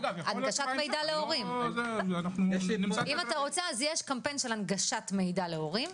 אם אתה רוצה, יש קמפיין של הנגשת מידע להורים.